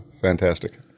fantastic